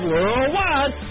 Worldwide